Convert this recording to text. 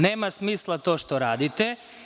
Nema smisla to što radite.